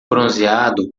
bronzeado